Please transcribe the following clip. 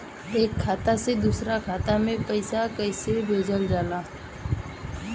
एक खाता से दूसरा खाता में पैसा कइसे भेजल जाला?